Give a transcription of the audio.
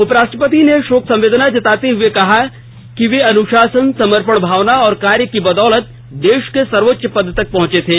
उप राष्ट्रपति ने शोक संवेदना जताते हुए कहा कि उन्होंने अनुशासन समर्पण भावन और कार्य की बंदौलत देश के सर्वोच्च पद तक पहुंचे थे